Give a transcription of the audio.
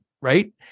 right